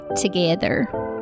together